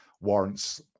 warrants